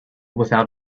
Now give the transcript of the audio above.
without